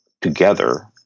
together